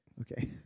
Okay